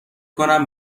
کنم